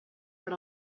per